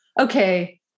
okay